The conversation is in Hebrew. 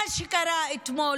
מה שקרה אתמול,